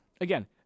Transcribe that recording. again